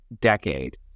decade